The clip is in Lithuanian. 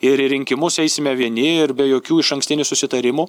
ir į rinkimus eisime vieni ir be jokių išankstinių susitarimų